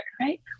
right